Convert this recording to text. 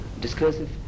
discursive